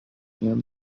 and